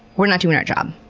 we're not doing our job.